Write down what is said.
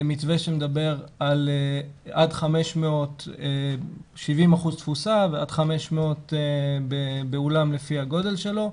מתווה שמדבר על 70% תפוסה ועד 500 באולם לפי הגודל שלו.